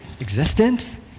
existence